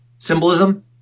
Symbolism